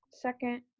second